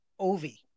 Ovi